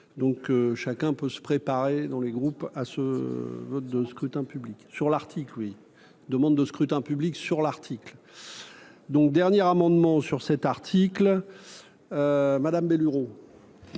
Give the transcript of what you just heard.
donc chacun peut se préparer dans les groupes à ce vote de scrutin public sur l'Arctique oui demande de scrutin public sur l'article donc dernière amendement sur cet article, madame. Merci.